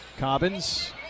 Cobbins